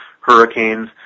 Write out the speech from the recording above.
hurricanes